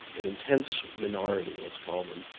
an intense minority, let's call them,